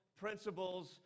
principles